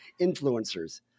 influencers